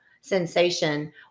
sensation